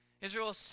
Israel